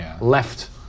left